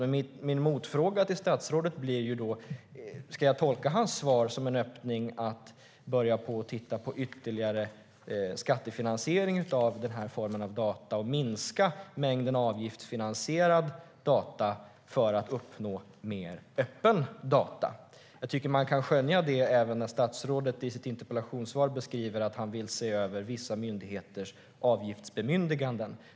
Men min motfråga till statsrådet blir: Ska jag tolka hans svar som en öppning att börja titta på ytterligare skattefinansiering av denna form av data och minska mängden avgiftsfinansierade data för att uppnå mer öppna data? Jag tycker att man kan skönja detta även när statsrådet i sitt interpellationssvar beskriver att han vill se över vissa myndigheters avgiftsbemyndiganden.